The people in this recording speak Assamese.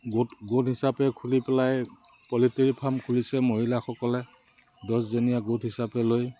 গোট গোট হিচাপে খুলি পেলাই পলিট্ৰি ফাৰ্ম খুলিছে মহিলাসকলে দহজনীয়া গোট হিচাপে লৈ